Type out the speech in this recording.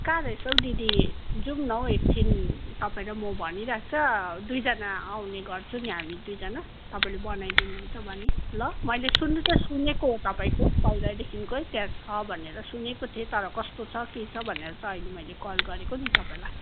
कहाँ रहेछ हौ दिदी जाउँ न हौ एकछिन तपाईँ र म भनिराख्छ दुईजना आउने गर्छु नि हामी दुईजना तपाईँले बनाइ दिनुहुन्छ भने ल मैले सुन्नु त सुनेको हो तपाईँको पहिलादेखिकै त्यहाँ छ भनेर सुनेको थिएँ तर कस्तो छ के छ भनेर चाहिँ अहिले मैले कल गरेको नि तपाईँलाई